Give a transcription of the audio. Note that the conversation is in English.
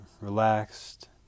relaxed